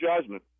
judgment